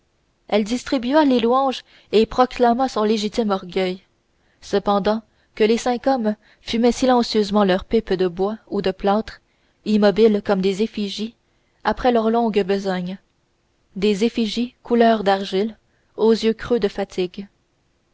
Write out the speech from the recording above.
elle distribua les louanges et proclama son légitime orgueil cependant que les cinq hommes fumaient silencieusement leur pipe de bois ou de plâtre immobiles comme des effigies après leur longue besogne des effigies couleur d'argile aux yeux creux de fatigue